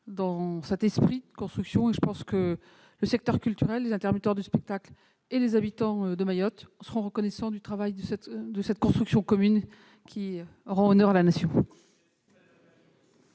dans un esprit constructif. Je pense que le secteur culturel, les intermittents du spectacle et les habitants de Mayotte seront reconnaissants de ce travail de coconstruction qui fait honneur à la Nation.